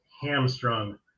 hamstrung